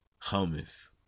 Hummus